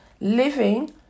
Living